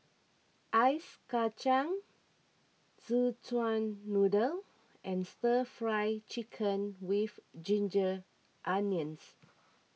Ice Kacang Szechuan Noodle and Stir Fry Chicken with Ginger Onions